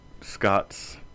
Scots